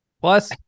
Plus